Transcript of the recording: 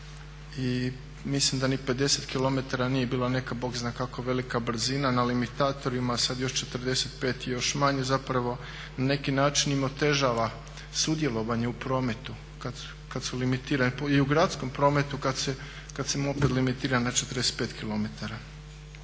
I mislim da ni 50 km nije bila neka bog zna kakva velika brzina na limitatorima sada još 45 je još manje. Zapravo na neki način im otežava sudjelovanje u prometu kada su limitirani. I u gradskom prometu kada se moped limitira na 45 km.